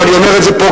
ואני אומר את זה פה,